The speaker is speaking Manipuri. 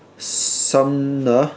ꯁꯝꯅ